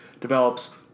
develops